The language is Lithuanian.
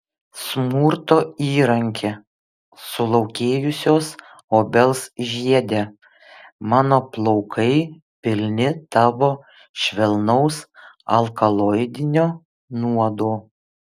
smurto įranki sulaukėjusios obels žiede mano plaukai pilni tavo švelnaus alkaloidinio nuodo